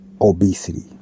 obesity